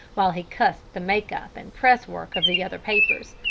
while he cussed the make-up and press-work of the other papers.